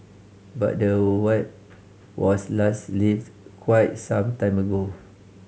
but the Whip was last lift quite some time ago